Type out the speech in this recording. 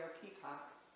peacock